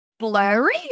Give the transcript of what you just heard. Blurry